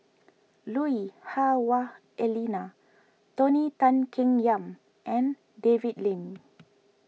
Lui Hah Wah Elena Tony Tan Keng Yam and David Lim